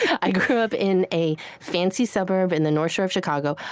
i grew up in a fancy suburb in the north shore of chicago,